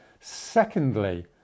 Secondly